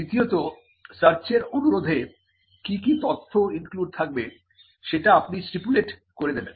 দ্বিতীয়ত সার্চের অনুরোধে কি কি তথ্য ইনক্লুড থাকবে সেটা আপনি স্টিপুলেট করে দেবেন